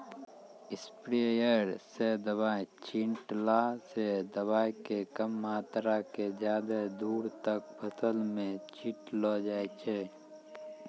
sprayer स दवाय छींटला स दवाय के कम मात्रा क ज्यादा दूर तक फसल मॅ छिटलो जाय छै